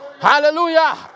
Hallelujah